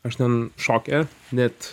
aš ten šoke net